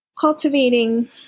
cultivating